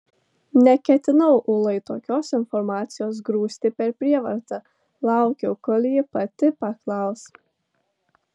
neketinau ulai tokios informacijos grūsti per prievartą laukiau kol ji pati paklaus